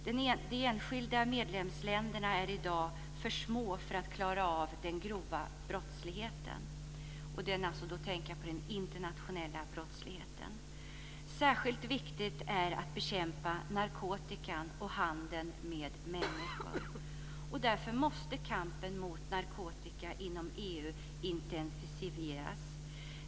De enskilda medlemsländerna är i dag för små för att klara av den grova brottsligheten - och då tänker jag på den internationella brottsligheten. Särskilt viktigt är att bekämpa narkotika och handeln med människor. Därför måste kampen mot narkotika inom EU intensifieras.